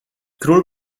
król